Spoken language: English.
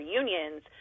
unions